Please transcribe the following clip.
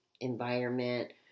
environment